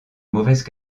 mauvaises